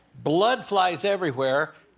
blood flies everywhere,